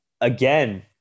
again